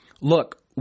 look